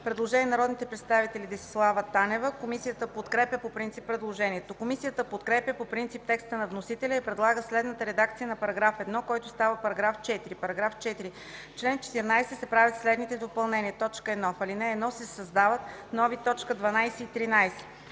Предложение от народния представител Десислава Танева. Комисията подкрепя по принцип предложението. Комисията подкрепя по принцип текста на вносителя и предлага следната редакция на § 1, който става § 4: „§ 4. В чл. 14 се правят следните допълнения: 1. В ал. 1 се създават нови т. 12 и 13: